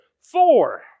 Four